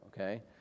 okay